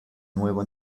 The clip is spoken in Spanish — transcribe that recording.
nuevo